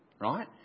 Right